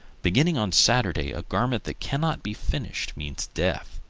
beginning on saturday a garment that cannot be finished means death.